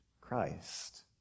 Christ